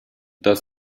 dass